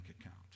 account